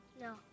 No